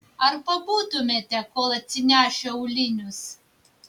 ar pabūtumėte kol atsinešiu aulinius